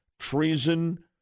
Treason